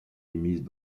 émises